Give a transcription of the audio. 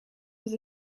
was